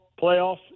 playoffs